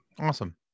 awesome